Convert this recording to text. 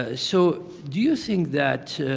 ah so do you think that